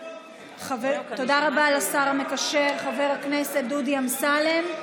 תודה רבה לשר המקשר חבר הכנסת דודי אמסלם.